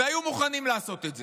הם היו מוכנים לעשות את זה,